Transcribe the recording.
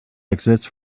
exits